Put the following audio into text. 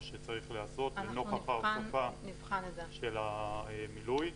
שצריך להיעשות לנוכח ההוספה של המילוי.